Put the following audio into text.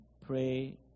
pray